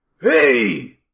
Hey